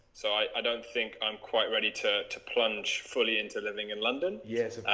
so i don't think i'm quite ready to to plunge fully into living in london. yes